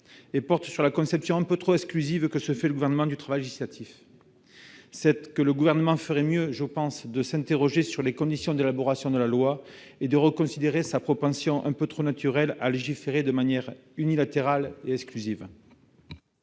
et porte sur la conception un peu trop exclusive que se fait le Gouvernement du travail législatif. Il ferait mieux, je pense, de s'interroger sur les conditions d'élaboration de la loi et de reconsidérer sa propension un peu trop naturelle à légiférer de manière unilatérale et exclusive.